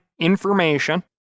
information